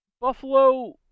Buffalo